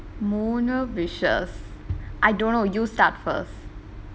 மூணு:moonu wishes I don't know you start first